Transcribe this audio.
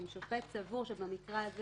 אם שופט סבור שבמקרה הזה